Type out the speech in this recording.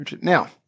Now